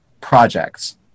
projects